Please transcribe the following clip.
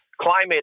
climate